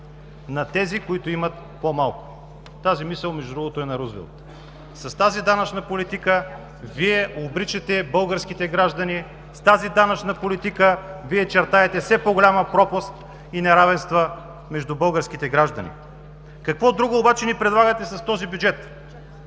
на тези, които имат по-малко“. Тази мисъл между другото, е на Рузвелт. С тази данъчна политика Вие обричате българските граждани. С тази данъчна политика Вие чертаете все по-голяма пропаст и неравенства между българските граждани. Какво друго обаче ни предлагате с този бюджет?